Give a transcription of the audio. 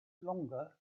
longer